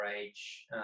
age